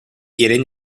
quieren